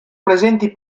presenti